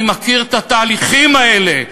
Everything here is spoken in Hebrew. אני מכיר את התהליכים האלה.